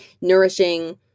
nourishing